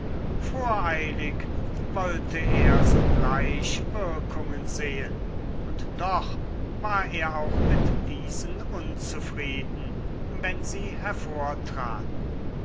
voreilig wollte er sogleich wirkungen sehen und doch war er auch mit diesen unzufrieden wenn sie